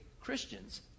Christians